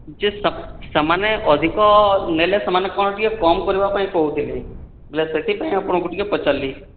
ଯେ ସେମାନେ ଅଧିକ ନେଲେ ସେମାନେ କଣ ଟିକେ କମ୍ କରିବା ପାଇଁ କହୁଥିଲେ ବୋଇଲେ ସେଥିପାଇଁ ଆପଣଙ୍କୁ ଟିକେ ପଚାରିଲି